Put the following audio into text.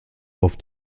auf